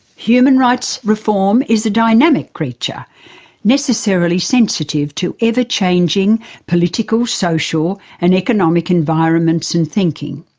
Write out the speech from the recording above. human rights reform is a dynamic creature necessarily sensitive to ever-changing political, social and economic environments and thinking.